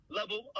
level